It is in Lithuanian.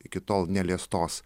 iki tol neliestos